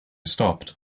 stopped